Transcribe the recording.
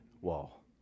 wall